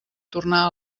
tornar